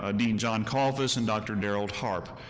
ah dean john kaulfus and dr. derald harp,